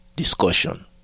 Discussion